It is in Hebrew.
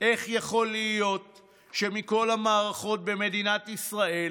איך יכול להיות שמכל המערכות במדינת ישראל